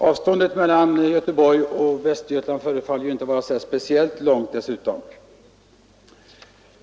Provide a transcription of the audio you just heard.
Avståndet mellan Västergötland och Göteborg förefaller inte vara särskilt stort.